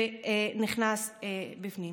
ונכנס פנימה.